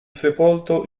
sepolto